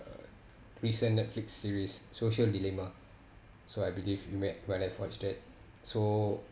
recent netflix series social dilemma so I believe you met so